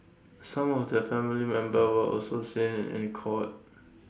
some of their family members were also seen in court